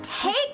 Take